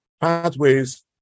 pathways